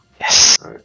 Yes